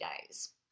days